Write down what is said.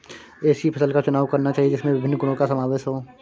ऐसी फसल का चुनाव करना चाहिए जिसमें विभिन्न गुणों का समावेश हो